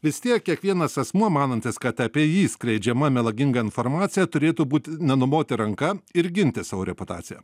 vis tiek kiekvienas asmuo manantis kad apie jį skleidžiama melaginga informacija turėtų būti nenumoti ranka ir ginti savo reputaciją